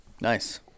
Nice